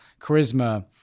charisma